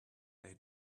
they